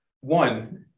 one